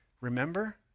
Remember